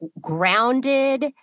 grounded